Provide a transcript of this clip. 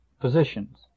positions